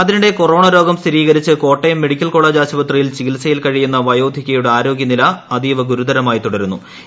അതിനിടെ കൊറോണ രോഗം സ്ഥിരീകരിച്ച് കോട്ടയം മെഡിക്കൽ കോളേജ് ആശുപത്രിയിൽ ചികിത്സയിൽ കഴിയുന്ന പ്രയോധികയുടെ ആരോഗൃനില അതീവഗുരുതരമായി തൂട്ട്രുന്നു